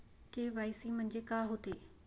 KYC म्हंनजे का होते?